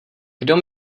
kdo